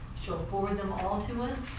she'll forward them all to us,